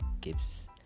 gives